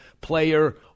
player